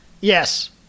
Yes